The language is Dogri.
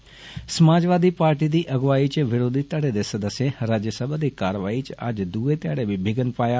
करवनतदमक समाजवादी पार्टी दी अगुवाई च विरोधी धड़े दे सदस्यें राज्य सभा दी कारवाई च अज्ज दुए ध्याड़े बी विधन पाया